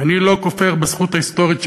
ואני לא כופר בזכות ההיסטורית שלנו,